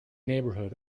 neighborhood